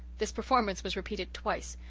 this performance was repeated twice.